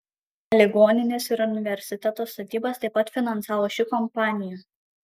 ligoninės ir universiteto statybas taip pat finansavo ši kompanija